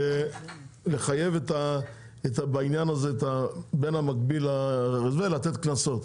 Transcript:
לחייב בעניין הזה בין המקביל לזה לתת קנסות,